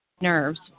nerves